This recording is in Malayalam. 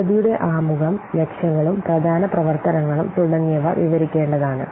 പദ്ധതിയുടെ ആമുഖം ലക്ഷ്യങ്ങളും പ്രധാന പ്രവർത്തനങ്ങളും തുടങ്ങിയവ വിവരിക്കേണ്ടതാണ്